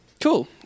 Cool